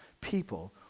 people